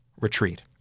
Retreat